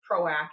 proactive